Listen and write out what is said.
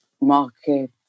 market